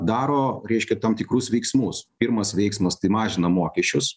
daro reiškia tam tikrus veiksmus pirmas veiksmas tai mažina mokesčius